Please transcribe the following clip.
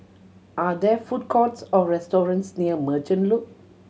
are there food courts or restaurants near Merchant Loop